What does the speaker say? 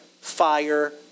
fire